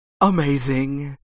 amazing